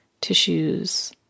tissues